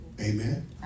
Amen